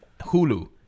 Hulu